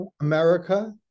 America